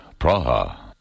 Praha